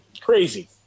Crazy